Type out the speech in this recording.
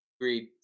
Agreed